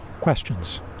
questions